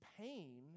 pain